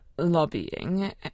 lobbying